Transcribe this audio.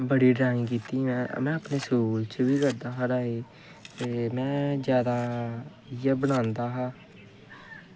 बड़ी ड्राइंग कीती में अपने स्कूल च बी करदा हा ते में जैदा इ'यै बनांदा हा